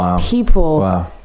people